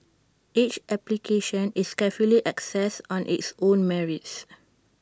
each application is carefully assessed on its own merits